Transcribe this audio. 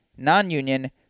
nonunion